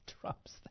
Trump's